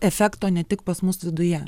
efekto ne tik pas mus viduje